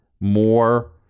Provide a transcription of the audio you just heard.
more